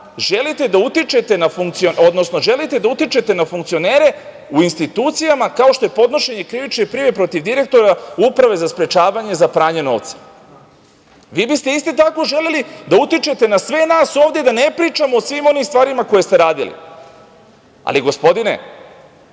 želite da utičete na funkcionere u institucijama kao što je podnošenje krivičnih prijava protiv direktora Uprave za sprečavanje pranja novca. Vi biste isto tako želeli da utičete na sve nas ovde da ne pričamo o svim onim stvarima koje ste radili. Ali, gospodine